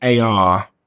AR